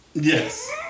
Yes